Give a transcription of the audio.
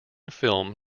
film